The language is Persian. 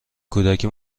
کودکی